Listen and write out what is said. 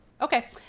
Okay